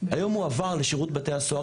היום הוא עבר לשירות בתי הסוהר,